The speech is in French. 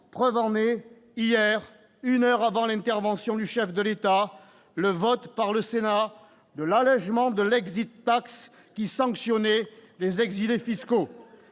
Preuve en est, hier, une heure avant l'intervention du chef de l'État, le vote du Sénat sur l'allégement de l'qui sanctionnait les exilés fiscaux.